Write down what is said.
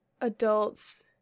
adults